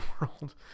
world